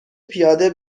پیاده